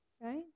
Right